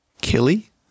Killy